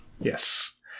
Yes